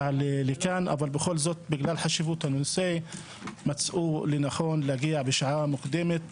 לכאן אך בגלל חשיבות הנושא מצאו לנכון להגיע בשעה מוקדמת